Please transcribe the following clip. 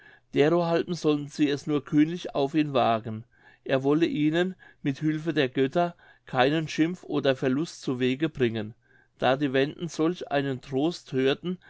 derohalben sollten sie es nur kühnlich auf ihn wagen er wolle ihnen mit hülfe der götter keinen schimpf oder verlust zu wege bringen da die wenden solch einen trost hörten